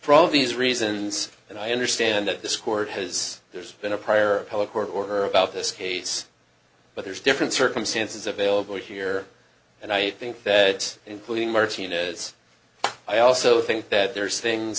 for all these reasons and i understand that this court has there's been a prior public court or her about this case but there's different circumstances available here and i think that including martinez i also think that there's things